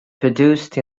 produced